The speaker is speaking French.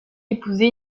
épousé